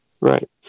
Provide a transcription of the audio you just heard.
right